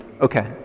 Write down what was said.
Okay